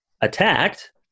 attacked